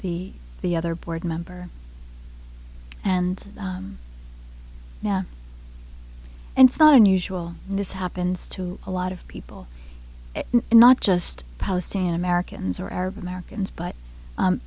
the the other board member and now it's not unusual this happens to a lot of people not just palestinian americans or arab americans but